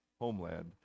homeland